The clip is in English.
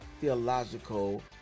theological